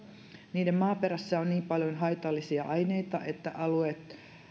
niiden maaperässä on niin paljon haitallisia aineita että alueet